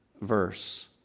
verse